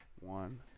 one